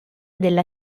della